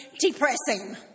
depressing